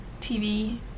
TV